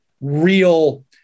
real